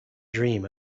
dream